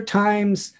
times